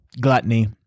gluttony